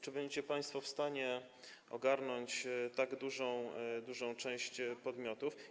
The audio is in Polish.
Czy będziecie państwo w stanie ogarnąć tak dużą część podmiotów?